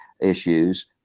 issues